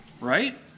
Right